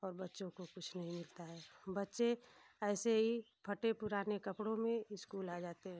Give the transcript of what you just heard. और बच्चों को कुछ नहीं मिलता है बच्चे ऐसे ही फटे पुराने कपड़ों में इस्कूल आ जाते हैं